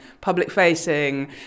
public-facing